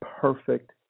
perfect